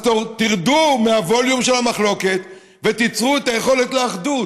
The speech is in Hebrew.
אז תרדו מהווליום של המחלוקת ותיצרו את היכולת לאחדות.